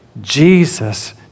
Jesus